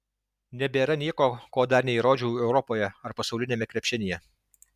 nebėra nieko ko dar neįrodžiau europoje ar pasauliniame krepšinyje